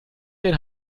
den